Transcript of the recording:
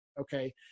okay